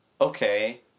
Okay